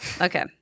okay